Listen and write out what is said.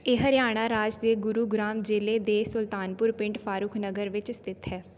ਇਹ ਹਰਿਆਣਾ ਰਾਜ ਦੇ ਗੁਰੂਗ੍ਰਾਮ ਜ਼ਿਲ੍ਹੇ ਦੇ ਸੁਲਤਾਨਪੁਰ ਪਿੰਡ ਫਾਰੁਖ ਨਗਰ ਵਿੱਚ ਸਥਿਤ ਹੈ